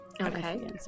Okay